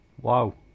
Wow